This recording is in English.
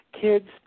kids